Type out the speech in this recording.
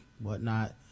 whatnot